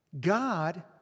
God